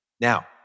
Now